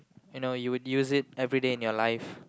you know you would use it everyday in your life